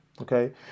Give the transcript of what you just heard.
Okay